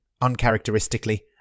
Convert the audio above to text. uncharacteristically